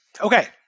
Okay